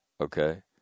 okay